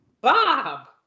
Bob